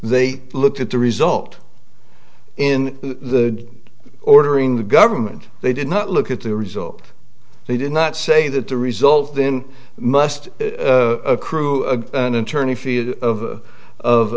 they looked at the result in the ordering the government they did not look at the result they did not say that the result in must a crew of an attorney fees of of